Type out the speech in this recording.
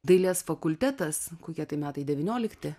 dailės fakultetas kokie tai metai devyniolikti